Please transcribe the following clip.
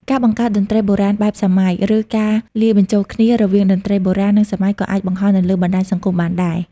ការបង្កើតតន្ត្រីបុរាណបែបសម័យ ឬការលាយបញ្ចូលគ្នា រវាងតន្ត្រីបុរាណ និងសម័យក៏អាចបង្ហោះនៅលើបណ្ដាញសង្គមបានដែរ។